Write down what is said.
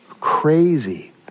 Crazy